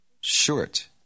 Short